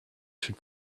should